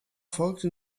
folgte